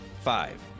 five